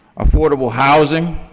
affordable housing,